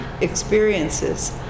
experiences